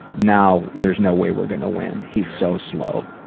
now there's no way we're gonna win. he's so slow.